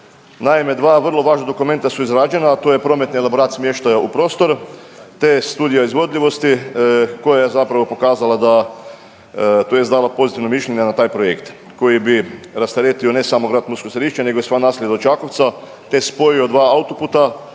Naime, dva vrlo važna dokumenta su izrađena, a to je prometni elaborat smještaja u prostor te studija izvodljivosti koja je zapravo pokazala da, tj. dala pozitivno mišljenje na taj projekt koji bi rasteretio ne samo grad Mursko Središće nego i sva naselja do Čakovca te spojio dva autoputa.